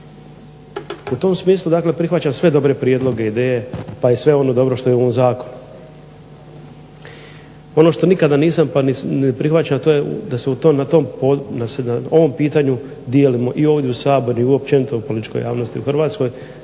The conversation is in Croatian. U tom smislu prihvaćam sve dobre prijedloge i ideje pa je sve ono dobro što je u ovom Zakonu. Ono što nikada nisam, pa ne prihvaćam da se na tom pitanju dijelimo i ovdje u Hrvatskom saboru i općenito u političkoj javnosti u Hrvatskoj